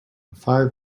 five